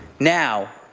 now,